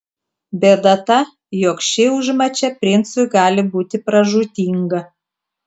bėda ta jog ši užmačia princui gali būti pražūtinga